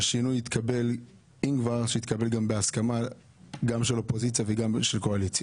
צריך שהשינוי יתקבל בהסכמה גם של האופוזיציה וגם של קואליציה.